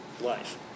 life